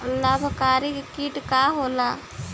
लाभकारी कीट का होला?